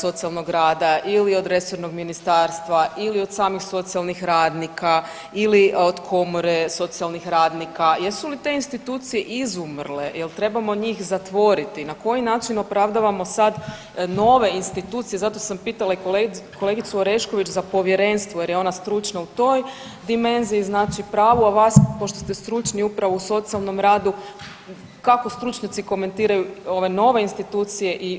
socijalnog rada ili od resornog ministarstva ili od samih socijalnih radnika ili od komore socijalnih radnika, jesu li te institucije izumrle, jel trebamo njih zatvoriti, na koji način opravdavamo sad nove institucije, zato sam pitala i kolegicu Orešković za povjerenstvo jer je ona stručna u toj dimenziji znači pravu, a vas pošto ste stručni upravo u socijalnom radu, kako stručnjaci komentiraju ove nove institucije i jesu li one potrebne?